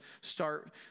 start